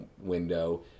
window